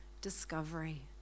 discovery